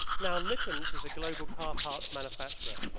now, litens is a global car parts manufacturer.